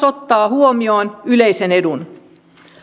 ottaa huomioon yleisen edun